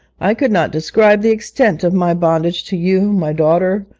i could not describe the extent of my bondage to you, my daughter,